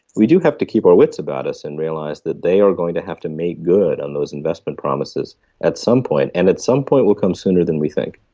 we do have to keep our wits about us and realise that they are going to have to make good on those investment promises at some point, and at some point will come sooner than we think.